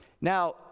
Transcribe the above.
Now